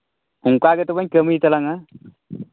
ᱚᱱᱠᱟ ᱜᱮ ᱛᱚᱵᱮᱧ ᱠᱟᱹᱢᱤ ᱛᱟᱞᱟᱝᱟ